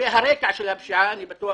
לגבי הרקע של הפשיעה, אני בטוח